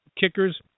kickers